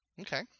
Okay